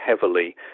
heavily